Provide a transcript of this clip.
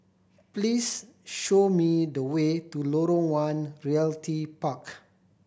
please show me the way to Lorong One Realty Park